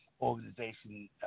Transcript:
Organization